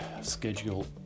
schedule